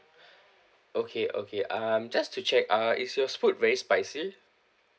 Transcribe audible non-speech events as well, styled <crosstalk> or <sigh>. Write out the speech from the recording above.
<breath> okay okay um just to check uh is your food very spicy